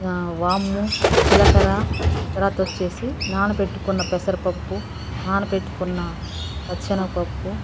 వాము జీలకర్ర తర్వాత వచ్చేసి నాన పెట్టుకున్న పెసరుపప్పు నాన పెట్టుకున్న పచ్చి శనగపప్పు